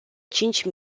cinci